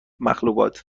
مخلوقات